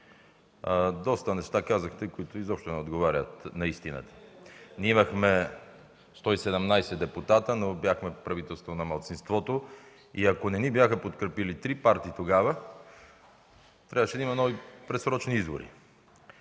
доста неща казахте, които изобщо не отговарят на истината. Ние имахме 117 депутати, но бяхме правителство на малцинството. И ако не ни бяха подкрепили три партии тогава, трябваше да има нови предсрочни избори.